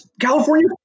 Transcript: California